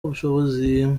ubushobozi